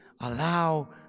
allow